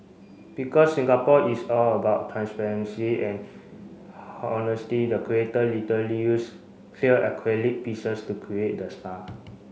because Singapore is all about transparency and honesty the creator literally used clear acrylic pieces to create the star